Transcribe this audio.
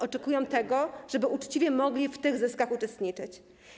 Oczekują tego, żeby uczciwie mogli w tych zyskach uczestniczyć.